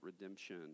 redemption